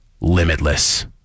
limitless